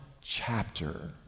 chapter